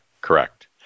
correct